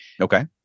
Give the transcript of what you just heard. Okay